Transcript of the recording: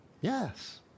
Yes